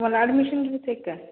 तुम्हाला ॲडमिशन घ्यायचं का